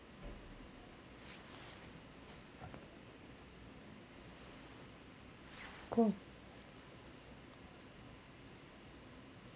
cool